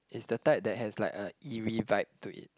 it's the type that has like a eerie vibe to it